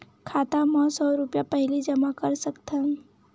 खाता मा सौ रुपिया पहिली जमा कर सकथन?